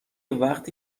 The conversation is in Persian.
وقتی